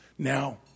Now